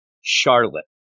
Charlotte